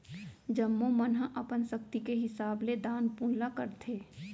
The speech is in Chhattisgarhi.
जम्मो मन ह अपन सक्ति के हिसाब ले दान पून ल करथे